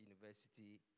University